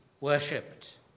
worshipped